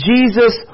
Jesus